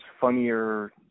funnier